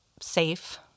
safe